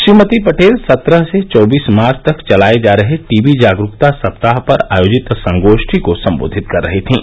श्रीमती पटेल सत्रह से चौबीस मार्च तक चलाए जा रहे टीबी जागरूकता सप्ताह पर आयोजित संगोष्टी को सम्बोधित कर रही थीं